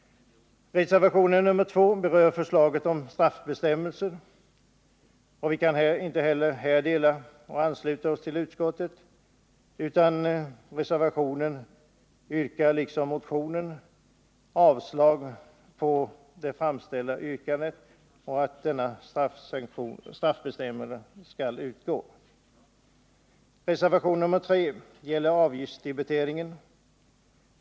Reservation nr 2 berör förslaget om straffbestämmelser. Vi kan inte heller häransluta oss till utskottets uppfattning utan yrkar såväl i reservationen som i motionen avslag på det framställda yrkandet och anser att straffbestämmel 191 sen bör utgå. Reservation nr 3 gäller avgiftsdebitering.